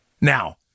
Now